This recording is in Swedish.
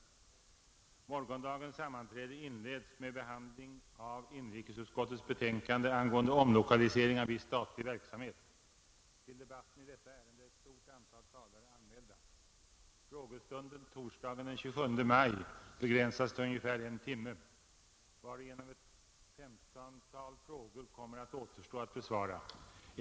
Morgondagens sammanträde inleds med behandling av inrikesutskottets betänkande angående omlokalisering av viss statlig verksamhet. Till debatten i detta ärende är ett stort antal talare anmälda. Frågestunden torsdagen den 27 maj begränsas till ungefär en timme, varigenom ett 15-tal frågor kommer att återstå att besvara.